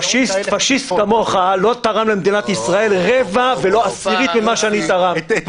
פשיסט כמוך לא תרם למדינת ישראל רבע ולא עשירית ממה שאני תרמתי.